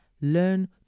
Learn